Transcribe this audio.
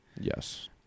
Yes